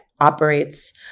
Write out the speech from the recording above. operates